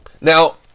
Now